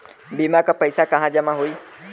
बीमा क पैसा कहाँ जमा होई?